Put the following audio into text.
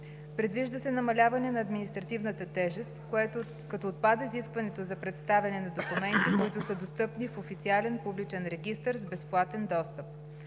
Предвижда се намаляване на административната тежест, като отпада изискването за представяне на документи, които са достъпни в официален публичен регистър с безплатен достъп.